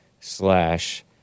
slash